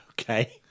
Okay